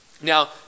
Now